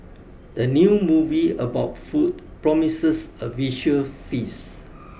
the new movie about food promises a visual feast